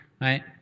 right